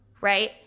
right